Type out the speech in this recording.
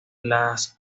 las